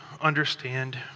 understand